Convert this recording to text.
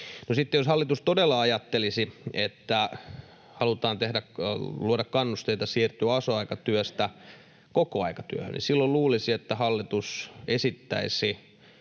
sitten, jos hallitus todella ajattelisi, että halutaan luoda kannusteita siirtyä osa-aikatyöstä kokoaikatyöhön, niin silloin luulisi, että hallitus esittäisi